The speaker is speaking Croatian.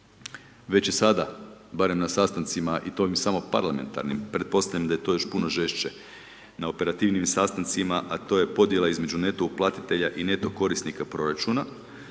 Već je sada, barem na sastancima i to ovim samo parlamentarnim, pretpostavljam da je to još puno žešće na operativnim sastancima, a to je podjela između neto uplatitelja i neto korisnika proračuna,